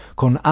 con